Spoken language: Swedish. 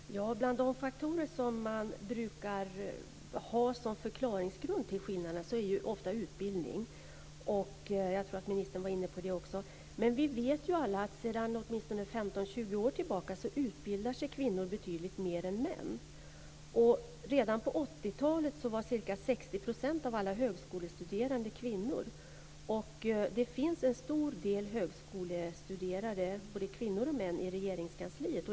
Herr talman! Bland de faktorer som man brukar ha som förklaringsgrund till skillnaderna finns ofta utbildning. Jag tror att ministern var inne på det också. Men vi vet alla att kvinnor utbildar sig betydligt mer än män sedan åtminstone 15, 20 år tillbaka. Redan på 80-talet var ca 60 % av alla högskolestuderande kvinnor. Det finns en stor del högskolestuderande - både kvinnor och män - i Regeringskansliet.